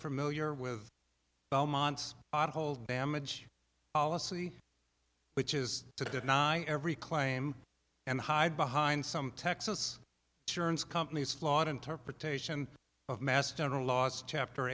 familiar with belmont's hole damage policy which is to deny every claim and hide behind some texas churns companies flawed interpretation of mass general laws chapter